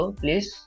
please